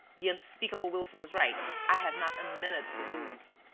the unspeakable wilson is right i have not a minute to lose.